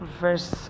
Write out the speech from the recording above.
verse